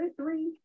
three